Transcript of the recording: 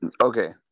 okay